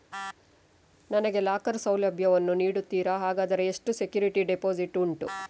ನನಗೆ ಲಾಕರ್ ಸೌಲಭ್ಯ ವನ್ನು ನೀಡುತ್ತೀರಾ, ಹಾಗಾದರೆ ಎಷ್ಟು ಸೆಕ್ಯೂರಿಟಿ ಡೆಪೋಸಿಟ್ ಉಂಟು?